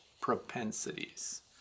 propensities